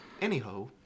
Anyhow